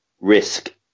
risk